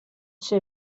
ser